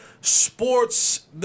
sports